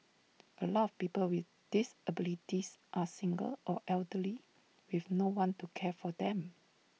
A lot of people with disabilities are single or elderly with no one to care for them